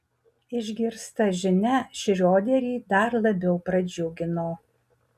išgirsta žinia šrioderį dar labiau pradžiugino